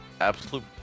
absolute